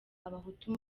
abahutu